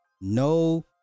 no